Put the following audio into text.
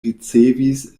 ricevis